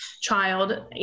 child